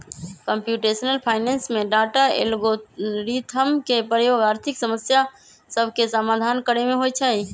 computational finance में data, algorithm के प्रयोग आर्थिक समस्या सभके समाधान करे में होइ छै